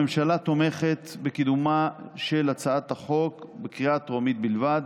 הממשלה תומכת בקידומה של הצעת החוק בקריאה הטרומית בלבד,